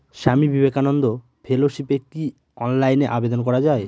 স্বামী বিবেকানন্দ ফেলোশিপে কি অনলাইনে আবেদন করা য়ায়?